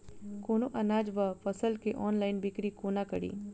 कोनों अनाज वा फसल केँ ऑनलाइन बिक्री कोना कड़ी?